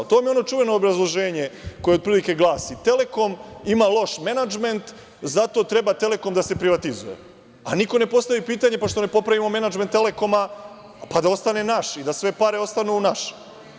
Tome ono čuveno obrazloženje koje otprilike glasi – Telekom ima loš menadžment zato treba Telekom da se privatizuje, a niko ne postavlja pitanje – zašto ne popravimo menadžment Telekoma, pa da ostane naš, pa da sve pare ostanu naše?